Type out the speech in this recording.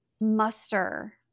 muster